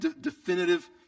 definitive